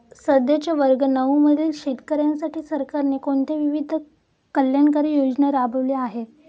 सध्याच्या वर्ग नऊ मधील शेतकऱ्यांसाठी सरकारने कोणत्या विविध कल्याणकारी योजना राबवल्या आहेत?